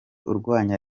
urwanya